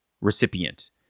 recipient